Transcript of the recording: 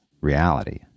reality